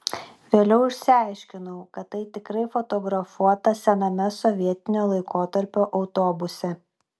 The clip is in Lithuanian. vėliau išsiaiškinau kad tai tikrai fotografuota sename sovietinio laikotarpio autobuse